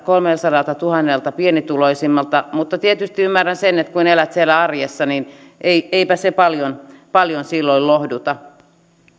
kolmeltasadaltatuhannelta pienituloisimmalta mutta tietysti ymmärrän sen että kun elät siellä arjessa niin eipä se paljon paljon silloin lohduta